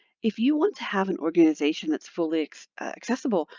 if you want to have an organization that's fully accessible,